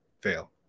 fail